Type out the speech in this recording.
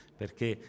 perché